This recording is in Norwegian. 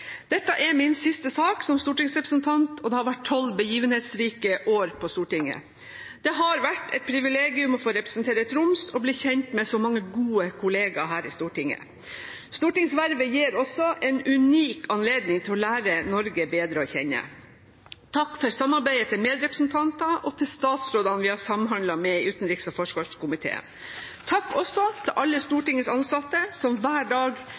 Dette er min siste sak som stortingsrepresentant, og det har vært tolv begivenhetsrike år på Stortinget. Det har vært et privilegium å få representere Troms og bli kjent med så mange gode kolleger her i Stortinget. Stortingsvervet gir også en unik anledning til å lære Norge bedre å kjenne. Takk for samarbeidet til medrepresentanter og til statsrådene vi har samhandlet med i utenriks- og forsvarskomiteen. Takk også til alle Stortingets ansatte, som hver dag